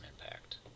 impact